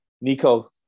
Nico